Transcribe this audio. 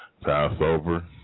Passover